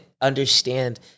understand